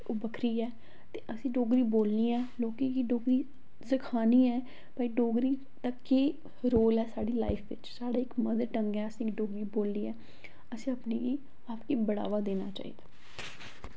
ओह् बक्खरी ऐ ते असेंगी डोगरी बोलनी ऐ ते लोकें गी डोगरी सखानी ऐ भाई डोगरी तक केह् रोल ऐ साढ़ी लाईफ बिच्च साढ़े इक मदर टंग ऐ असेंगी डोगरी बोलियै असें अपनी आप गी बढ़ावा देना चाहिदा